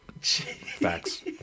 Facts